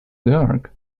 dark